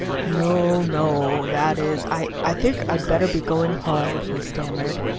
no, no that is, i i think i'd better be going home, he stammered.